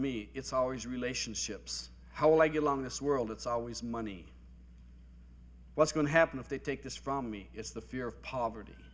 me it's always relationships how will i get along this world it's always money what's going to happen if they take this from me it's the fear of poverty